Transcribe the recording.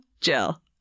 jill